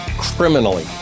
criminally